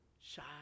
shy